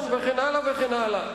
וכן הלאה וכן הלאה.